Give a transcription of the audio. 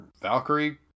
Valkyrie